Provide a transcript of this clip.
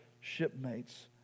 shipmates